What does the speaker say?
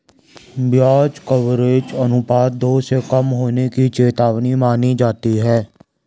ब्याज कवरेज अनुपात दो से कम होने पर चेतावनी मानी जाती है